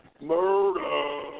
Murder